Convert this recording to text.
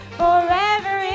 forever